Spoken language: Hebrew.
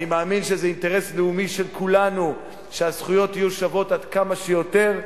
אני מאמין שזה אינטרס לאומי של כולנו שהזכויות יהיו שוות עד כמה שיותר,